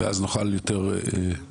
ואז נוכל להיות יותר פרקטיים.